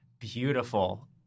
beautiful